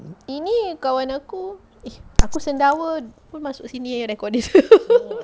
ini kawan aku eh sendawa pun masuk sini eh record this